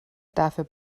dafür